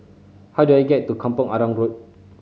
how do I get to Kampong Arang Road